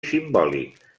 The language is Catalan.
simbòlic